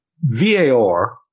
VAR